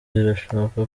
birashoboka